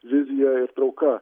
vizija ir trauka